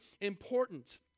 important